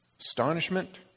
Astonishment